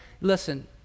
Listen